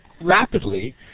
rapidly